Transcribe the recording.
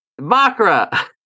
Makra